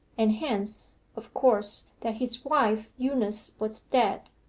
and hence, of course, that his wife eunice was dead.